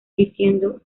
diciendo